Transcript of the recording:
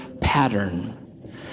pattern